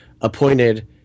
appointed